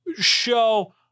Show